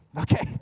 okay